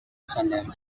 salem